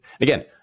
Again